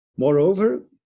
Moreover